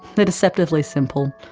they are deceptively simple.